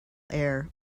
air